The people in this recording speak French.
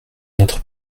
notre